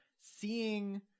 seeing